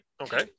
Okay